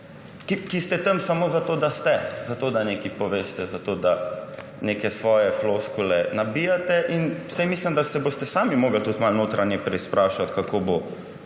ki ste tam samo zato, da ste, zato da nekaj poveste, zato da neke svoje floskule nabijate. Mislim, da se boste sami morali tudi malo notranje preizprašati, kako bo